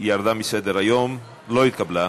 ירדה מסדר-היום, לא התקבלה.